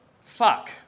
fuck